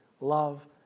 Love